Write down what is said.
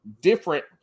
different –